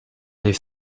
les